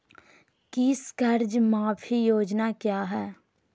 किसान कर्ज माफी योजना क्या है?